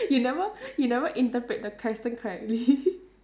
you never you never interpret the question correctly